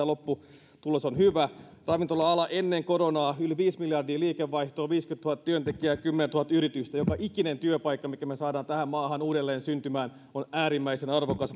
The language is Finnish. lopputulos on hyvä ravintola ala ennen koronaa yli viisi miljardia liikevaihtoa viisikymmentätuhatta työntekijää ja kymmenentuhatta yritystä joka ikinen työpaikka minkä me saamme tähän maahan uudelleen syntymään on äärimmäisen arvokas